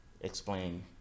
explain